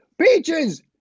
peaches